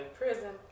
prison